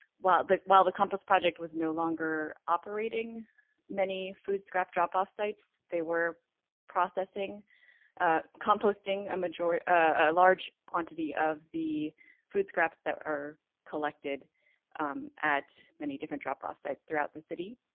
while the while the compost project was no longer operating many food scraps drop off sites they were processing composting a majority large quantity of the food scraps that are collected at many different drop off sites throughout the city.